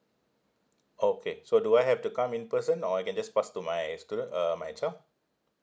okay so do I have to come in person or I can just pass to my stude~ uh my child